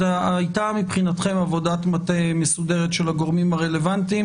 הייתה מבחינתכם עבודת מטה מסודרת של הגורמים הרלוונטיים